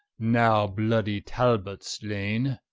now bloody talbots slaine.